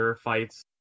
fights